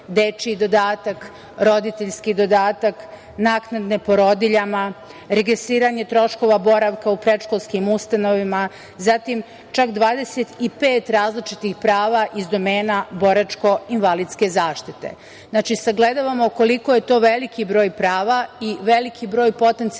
dečiji dodatak, roditeljski dodatak, naknade porodiljama, regresiranje troškova boravka u predškolskim ustanovama, zatim, čak 25 različitih prava iz domena boračko-invalidske zaštite. Znači, sagledavamo koliko je to veliki broj prava i veliki broj potencijalnih